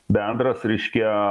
bendras reiškia